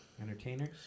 entertainers